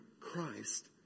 Christ